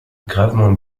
gravement